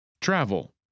Travel